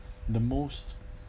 the most